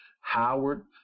Howard